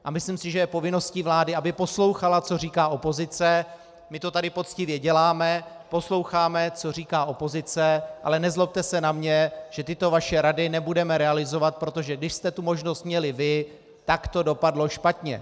A myslím, že je povinností vlády, aby poslouchala, co říká opozice, my to tady poctivě děláme, posloucháme, co říká opozice, ale nezlobte se na mě, že tyto vaše rady nebudeme realizovat, protože když jste tu možnost měli vy, tak to dopadlo špatně.